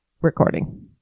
recording